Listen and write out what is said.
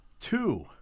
Two